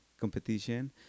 competition